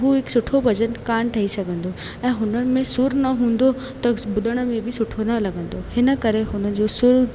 हू हिकु सुठो भॼन कान ठही सघंदो ऐं हुननि में सूर न हूंदो त ॿुधण में बि सुठो न लॻंदो हिन करे हुन जो सुर